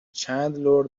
چندلر